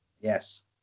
Yes